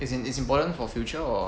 as in it's important for future or